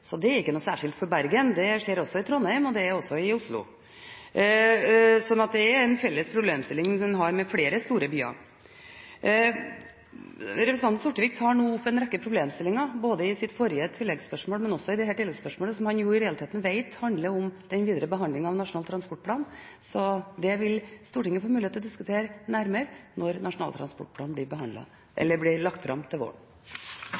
så det er ikke noe særskilt for Bergen. Det skjer også i Trondheim og i Oslo, så det er en problemstilling flere store byer står overfor. Representanten Sortevik tar både i sitt forrige tilleggsspørsmål og i dette tilleggsspørsmålet opp en rekke problemstillinger som han i realiteten vet handler om den videre behandlingen av Nasjonal transportplan. Så dette vil Stortinget få mulighet til å diskutere nærmere når Nasjonal transportplan blir lagt fram til våren.